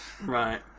Right